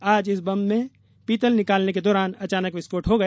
आज इस बम से पीतल निकालने के दौरान अचानक इसमें विस्फोट हो गया